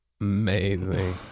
amazing